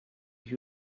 who